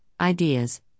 ideas